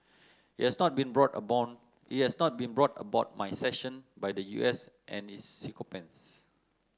it has not been brought about it has not been brought about by sanctions by the U S and its sycophants